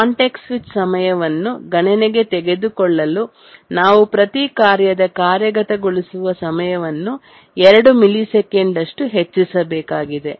context switch ಸಮಯವನ್ನು ಗಣನೆಗೆ ತೆಗೆದುಕೊಳ್ಳಲು ನಾವು ಪ್ರತಿ ಕಾರ್ಯದ ಕಾರ್ಯಗತಗೊಳಿಸುವ ಸಮಯವನ್ನು 2 ಮಿಲಿಸೆಕೆಂಡು ಹೆಚ್ಚಿಸಬೇಕಾಗಿದೆ